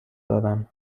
دارم